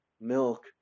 milk